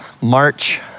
March